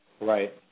Right